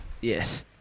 Yes